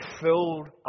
filled